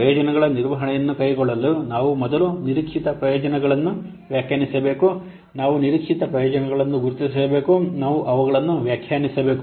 ಈ ಪ್ರಯೋಜನಗಳ ನಿರ್ವಹಣೆಯನ್ನು ಕೈಗೊಳ್ಳಲು ನಾವು ಮೊದಲು ನಿರೀಕ್ಷಿತ ಪ್ರಯೋಜನಗಳನ್ನು ವ್ಯಾಖ್ಯಾನಿಸಬೇಕು ನಾವು ನಿರೀಕ್ಷಿತ ಪ್ರಯೋಜನಗಳನ್ನು ಗುರುತಿಸಬೇಕು ನಾವು ಅವುಗಳನ್ನು ವ್ಯಾಖ್ಯಾನಿಸಬೇಕು